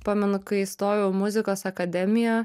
pamenu kai įstojau į muzikos akademiją